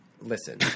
Listen